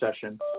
session